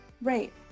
Right